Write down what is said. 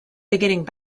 beginning